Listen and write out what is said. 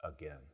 again